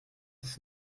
ist